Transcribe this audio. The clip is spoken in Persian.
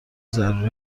ضروری